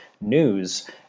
news